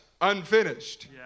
unfinished